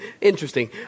Interesting